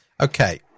okay